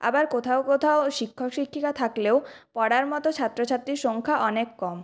আবার কোথাও কোথাও শিক্ষক শিক্ষিকা থাকলেও পড়ার মতো ছাত্র ছাত্রীর সংখ্যা অনেক কম